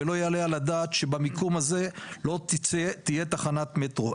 ולא יעלה על הדעת שבמיקום הזה לא תהיה תחנת מטרו.